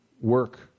work